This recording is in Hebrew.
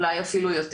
אולי אפילו יותר.